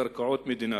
קרקעות מדינה,